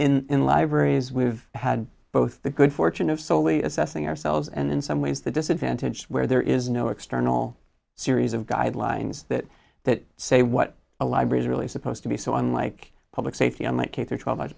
in libraries we've had both the good fortune of soli assessing ourselves and in some ways the disadvantaged where there is no external series of guidelines that that say what a library really supposed to be so unlike public safety unlike k through twelve